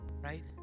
right